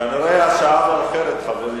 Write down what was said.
כנראה השעה מאוחרת, חברים.